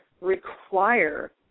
require